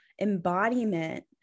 embodiment